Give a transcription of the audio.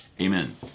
amen